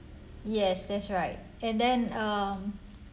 yes that's right and then um